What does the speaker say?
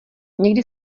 někdy